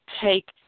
take